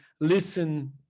listen